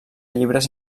llibres